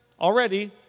already